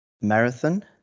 marathon